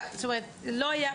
זאת אומרת לא היה,